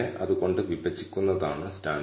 ഇത് β1 ന്റെ കണക്കാക്കിയ മൂല്യമാണ്